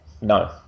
no